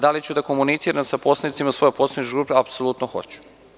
Da li ću da komuniciram sa poslanicima svoje poslaničke grupe, apsolutno hoću.